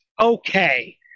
okay